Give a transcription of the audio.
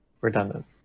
Redundant